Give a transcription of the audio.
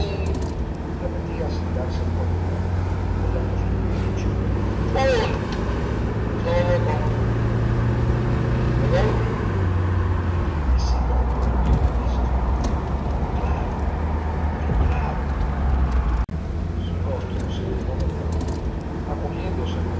repetía sin darse cuenta con la costumbre del chico pum todo concluído de golpe y si no me hubiera visto claro pero claro su rostro se animó de nuevo acogiéndose